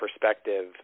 perspective